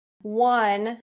One